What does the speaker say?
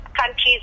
countries